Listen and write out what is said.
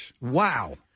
Wow